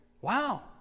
Wow